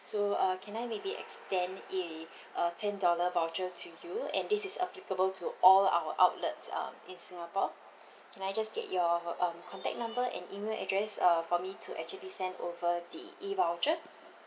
so uh can I maybe extend a uh ten dollar voucher to you and this is applicable to all our outlets um in singapore can I just get your um contact number and email address uh for me to actually send over the E voucher